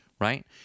Right